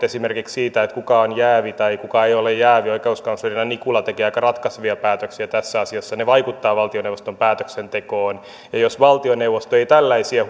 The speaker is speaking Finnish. esimerkiksi siitä kuka on jäävi tai kuka ei ole jäävi oikeuskansleri nikula teki aika ratkaisevia päätöksiä tässä asiassa ja ne vaikuttavat valtioneuvoston päätöksentekoon jos valtioneuvosto ei tällaisia